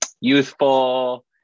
youthful